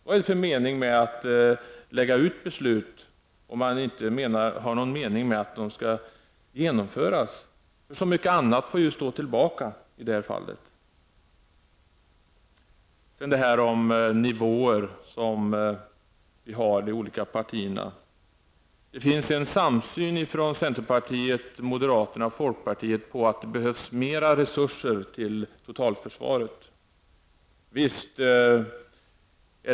Vad har man för nytta av beslut om det inte är någon mening med att de genomförs? Så mycket annat får ju stå tillbaka i det här fallet. Sedan till talet om nivåer som de olika partierna har. Det finns en samsyn hos centerpartiet, moderaterna och folkpartiet om att det behövs mera resurser till totalförsvaret.